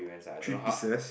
three pieces